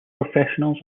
professionals